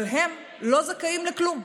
אבל הם לא זכאים לכלום.